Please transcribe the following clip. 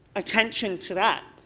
attention to that.